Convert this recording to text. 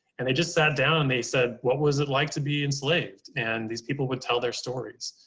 and they just sat down and they said, what was it like to be enslaved? and these people would tell their stories.